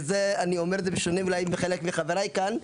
ואת זה אני אומר בשונה אולי מחלק מחבריי כאן.